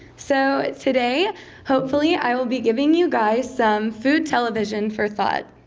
so today hopefully i will be giving you guys some food television for thought.